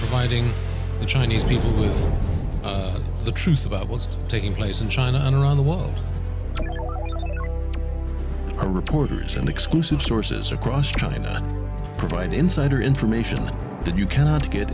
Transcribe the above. fighting the chinese people with the truth about what's taking place in china and around the world are reporters and exclusive sources across china provide insider information that you cannot get